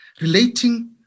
relating